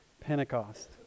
pentecost